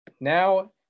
now